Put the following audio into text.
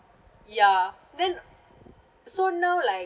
ya then so now like